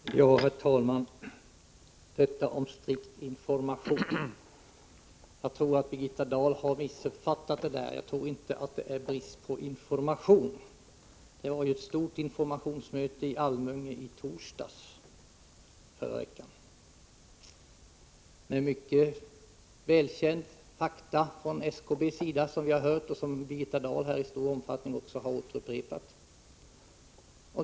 Herr talman! Jag vill ta upp frågan om strikt information. Jag tror att Birgitta Dahl har missuppfattat det hela. Jag tror inte att det är fråga om brist på information. Det var ju ett stort informationsmöte i Almunge i torsdags förra veckan, där det som vi har hört presenterades en mängd välkända fakta från SKB:s sida, vilka Birgitta Dahl här i stor omfattning har upprepat.